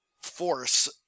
force